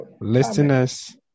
listeners